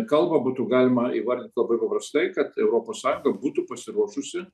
kalbą būtų galima įvardint labai paprastai kad europos sąjunga būtų pasiruošusi